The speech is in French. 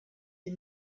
des